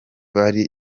bari